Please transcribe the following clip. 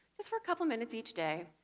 just for a couple of minutes each day,